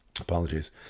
Apologies